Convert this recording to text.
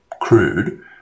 crude